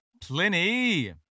Pliny